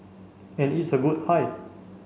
and it's a good height